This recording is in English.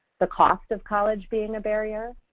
the cost of college being a barrier,